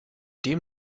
dem